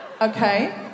Okay